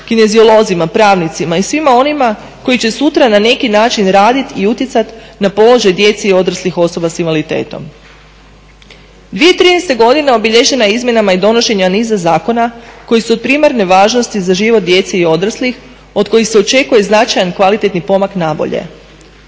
kineziolozima, pravnicima i svima onima koji će sutra na neki način radit i utjecat na položaj djece i odraslih osoba s invaliditetom. 2013. godina obilježena je izmjenama i donošenja niza zakona koji su od primarne važnosti za život djece i odraslih od kojih se očekuje značajan kvalitetni pomak nabolje.